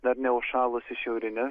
dar neužšalusi šiaurinė